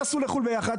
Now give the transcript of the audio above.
טסו לחו"ל ביחד.